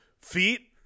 Feet